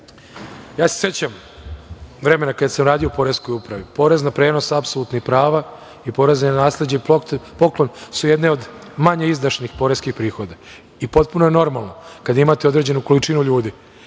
se vremena kada sam radio u Poreskoj upravi, porez na prenos apsolutnih prava i poreza na nasleđe i poklon su jedne manje izdašnih poreskih prihoda i potpuno je normalno kada imate određenu količinu ljudi